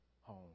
home